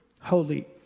holy